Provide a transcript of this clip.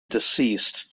deceased